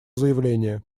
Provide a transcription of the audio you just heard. заявление